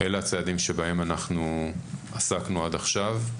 אלה הצעדים שבהם אנחנו עסקנו עד עכשיו,